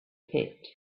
pit